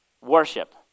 worship